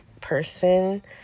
person